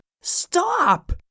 stop